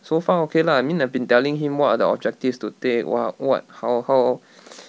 so far okay lah I mean I've been telling him what other objectives to take what what how how